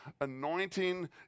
anointing